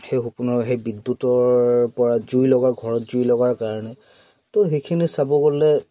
সেই সপোনৰ সেই বিদ্যুতৰ পৰা জুই লগা ঘৰত জুই লগাৰ কাৰণে তো সেইখিনি চাব গ'লে